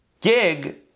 gig